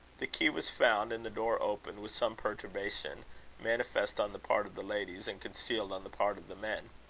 the key was found, and the door opened with some perturbation manifest on the part of the ladies, and concealed on the part of the men.